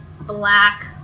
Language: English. black